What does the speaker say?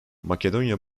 makedonya